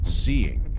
seeing